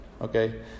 okay